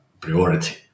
priority